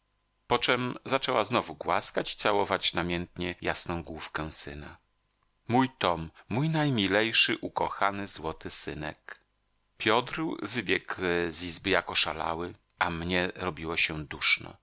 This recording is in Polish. ci poczem zaczęła znowu głaskać i całować namiętnie jasną główkę syna mój tom mój najmilejszy ukochany złoty synek piotr wybiegł z izby jak oszalały a mnie robiło się duszno